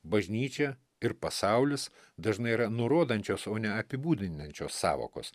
bažnyčia ir pasaulis dažnai yra nurodančios o ne apibūdinančios sąvokos